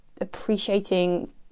appreciating